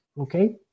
okay